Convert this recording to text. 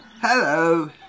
Hello